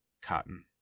cotton